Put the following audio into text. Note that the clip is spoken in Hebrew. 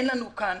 אין לנו כאן